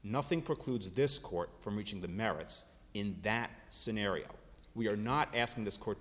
nothing precludes this court from reaching the merits in that scenario we are not asking this court